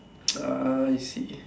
ah I see